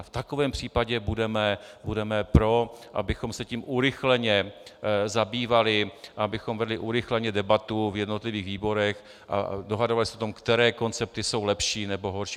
V takovém případě budeme pro, abychom se tím urychleně zabývali, abychom vedli urychleně debatu v jednotlivých výborech a dohadovali se o tom, které koncepty jsou lepší, nebo horší.